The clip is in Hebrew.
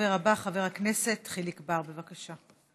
הדובר הבא, חבר הכנסת חיליק בר, בבקשה.